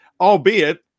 Albeit